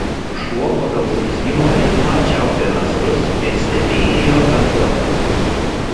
šuo pagal urzgimo ritmą čiaupė nasrus ir stebeilijo atgal